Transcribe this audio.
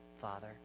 father